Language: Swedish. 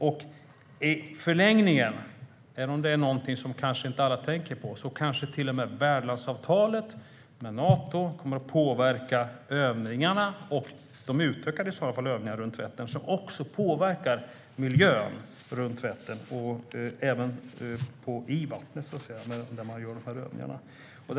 Även om inte alla tänker på det kanske det är så i förlängningen att värdlandsavtalet med Nato kommer att påverka övningarna så att övningarna utökas, och det påverkar miljön runt Vättern. Dessa övningar sker också i vattnet.